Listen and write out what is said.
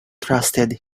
trusted